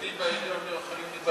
הוספתי לך כבר דקה.